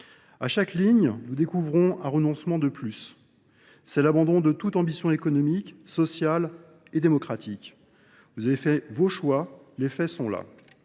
À chaque ligne, nous découvrons un renoncement de plus. C'est l'abandon de toute ambition économique, sociale et démocratique. Vous avez fait vos choix, les faits sont là.